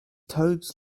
toads